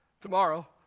Tomorrow